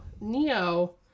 Neo